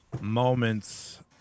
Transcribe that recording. moments